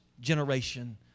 generation